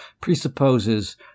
presupposes